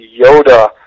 Yoda